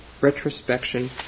retrospection